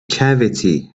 cavity